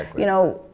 you know,